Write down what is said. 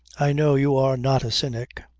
i know you are not a cynic.